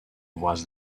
was